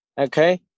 okay